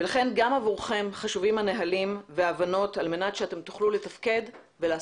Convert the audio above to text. ולכן גם עבורכם חשובים הנהלים וההבנות על מנת שאתם